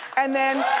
and then